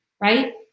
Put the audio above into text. right